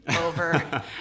over